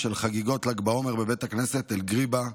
חגיגות ל"ג בעומר המסורתיות בג'רבה,